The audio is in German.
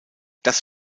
das